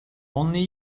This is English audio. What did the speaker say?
only